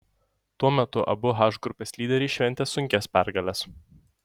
tuo metu abu h grupės lyderiai šventė sunkias pergales